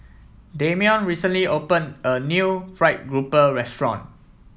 Damion recently opened a new fried grouper restaurant